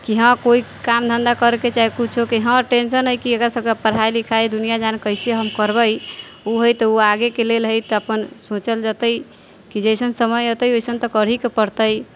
कि हँ कोइ काम धन्धा करिके चाहे किछुके हँ टेन्शन हइ कि एकरा सबके पढ़ाइ लिखाइ दुनिआँ जहान कइसे हम करबै ओ हइ तऽ ओ आगेके लेल हइ तऽ अपन सोचल जेतै कि जइसन समय अएतै वइसन तऽ करहिके पड़तै